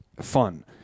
fun